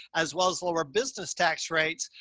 as well as lower business tax rates,